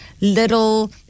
little